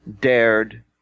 dared